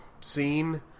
scene